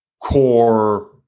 core